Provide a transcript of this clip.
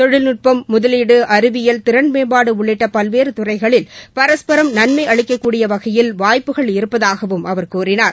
தொழில்நுட்பம் முதலீடு அறிவியல் திறன்மேம்பாடு உள்ளிட்ட துறைகளில் பரஸ்பரம் நன்மை அளிக்கக்கூடிய வகையில் பல்வேறு வாய்ப்புகள் இருப்பதாகவும் அவர் கூறினார்